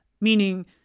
meaning